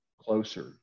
closer